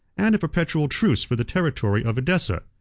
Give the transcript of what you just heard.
and a perpetual truce for the territory of edessa.